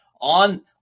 on